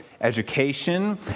education